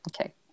okay